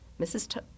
Mrs